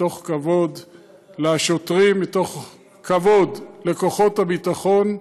מתוך כבוד לשוטרים, מתוך כבוד לכוחות הביטחון.